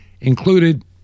included